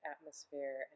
atmosphere